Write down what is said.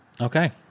Okay